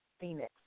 Phoenix